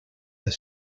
are